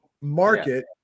market